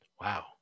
Wow